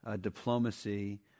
diplomacy